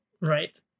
Right